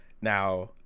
Now